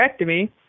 hysterectomy